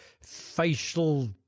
facial